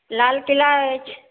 लालकिला अछि